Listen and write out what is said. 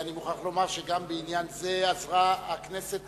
ואני מוכרח לומר שגם בעניין זה עזרה הכנסת